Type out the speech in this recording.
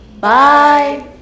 bye